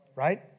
Right